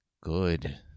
good